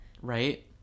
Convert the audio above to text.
Right